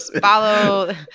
follow